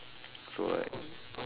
so like